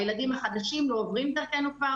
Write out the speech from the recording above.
הילדים החדשים לא עוברים דרכנו כבר,